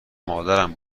مادرم